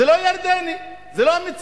זה לא ירדני, זה לא המצרי.